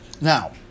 Now